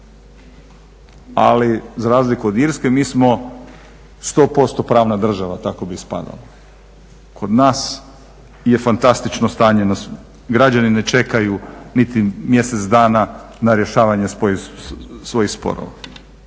Ali za razliku od Irske mi smo 100% pravna država, tako bi ispadalo. Kod nas je fantastično stanje, građani ne čekaju niti mjesec dana na rješavanje svojih sporova.